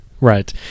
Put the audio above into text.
right